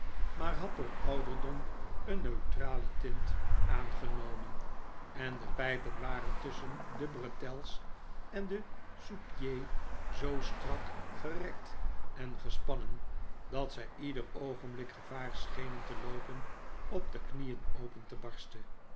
maar had door ouderdom een neutrale tint aangenomen en de pijpen waren tusschen de bretels en de souspieds zoo strak gerekt en gespannen dat zij ieder oogenblik gevaar schenen te loopen op de knieen open te barsten